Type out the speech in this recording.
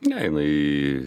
ne jinai